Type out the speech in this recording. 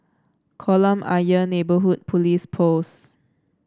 Kolam Ayer Neighbourhood Police Post